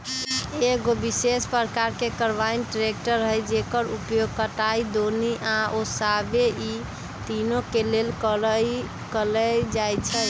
एगो विशेष प्रकार के कंबाइन ट्रेकटर हइ जेकर उपयोग कटाई, दौनी आ ओसाबे इ तिनों के लेल कएल जाइ छइ